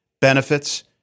benefits